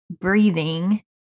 breathing